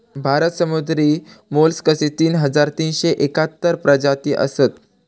भारतात समुद्री मोलस्कचे तीन हजार तीनशे एकाहत्तर प्रजाती असत